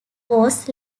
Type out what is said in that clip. was